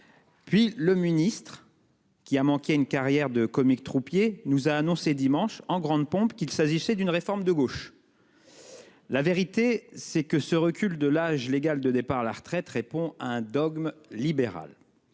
Puis le ministre, qui a manqué une carrière de comique troupier, nous a annoncé dimanche, en grande pompe, qu'il s'agissait d'une réforme de gauche. La vérité, c'est que ce recul de l'âge légal de départ à la retraite répond à un dogme libéral.